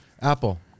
Apple